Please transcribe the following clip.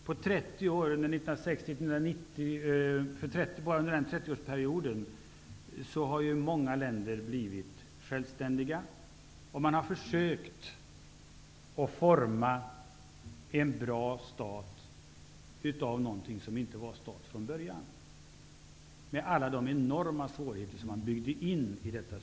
Bara mellan 1960 och 1990 har många länder blivit självständiga. Man har försökt forma en bra stat av något som från början inte var en stat, och en mängd enorma svårigheter har byggts in i systemet.